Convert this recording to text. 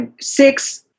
six